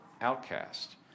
outcast